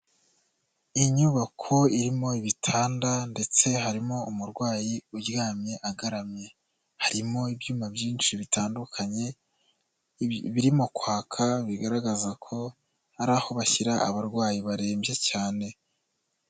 Inyubako irimo ibitanda ndetse harimo umurwayi uryamye agaramye. Harimo ibyuma byinshi bitandukanye birimo kwaka, bigaragaza ko ari aho bashyira abarwayi barembye cyane.